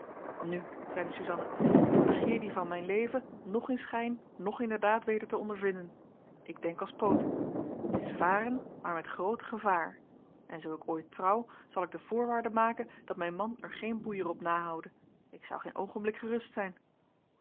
nu zeide suzanna ik begeer die van mijn leven noch in schijn noch inderdaad weder te ondervinden ik denk als poot t is varen maar met groot gevaar en zoo ik ooit trouw zal ik de voorwaarde maken dat mijn man er geen boeier op nahoude ik zou geen oogenblik gerust zijn